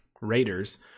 Raiders